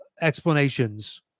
explanations